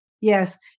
Yes